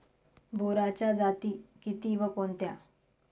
बोराच्या जाती किती व कोणत्या?